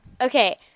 Okay